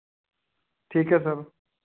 ਠੀਕ ਐ ਸਰ